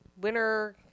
winner